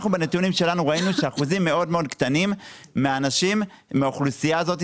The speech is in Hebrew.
אנחנו בנתונים שלנו ראינו שאחוזים מאוד מאוד קטנים מהאוכלוסייה הזאת,